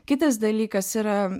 kitas dalykas yra